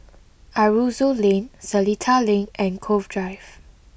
Aroozoo Lane Seletar Link and Cove Drive